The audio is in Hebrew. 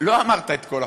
לא אמרת את כל החוק,